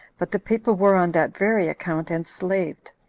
but the people were on that very account enslaved,